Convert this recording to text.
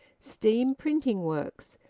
steam printing works.